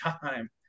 time